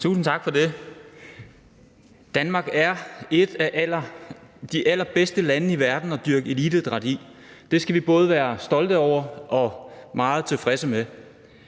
Tusind tak for det. Danmark er et af de allerbedste lande i verden at dyrke eliteidræt i. Det skal vi både være stolte over og meget tilfredse med.